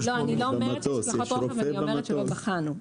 אני אומרת שבחנו.